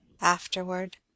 Afterward